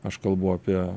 aš kalbu apie